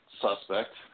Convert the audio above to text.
suspect